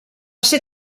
ser